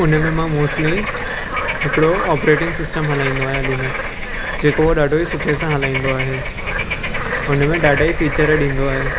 उनमें मां मोस्टली हिकिड़ो ऑप्रेटिंग सिस्टम हलाईंदो आहियां लिनक्स जेको ॾाढो ई सुठे सां हलाईंदो आहे हुनमें ॾाढा ई फ़ीचर ॾींदो आहे